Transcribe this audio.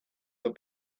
the